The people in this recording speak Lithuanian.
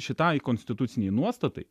šitai konstitucinei nuostatai